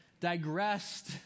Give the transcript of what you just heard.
digressed